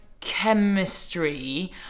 chemistry